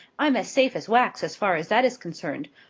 i'm as safe as wax as far as that is concerned.